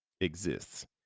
exists